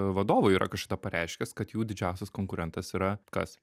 vadovų yra kažkada pareiškęs kad jų didžiausias konkurentas yra kas